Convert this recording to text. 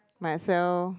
might as well